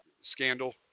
scandal